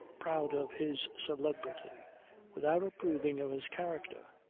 proud of his celebrity without approving of his character.